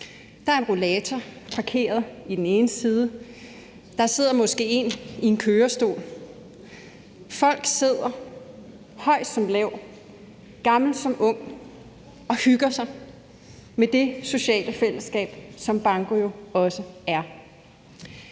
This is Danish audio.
der er en rollator parkeret i den ene side, og der sidder måske en i en kørestol, der sidder folk, høj som lav, gammel som ung, og hygger sig med det sociale fællesskab, som banko jo også er.